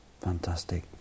fantastic